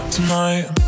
Tonight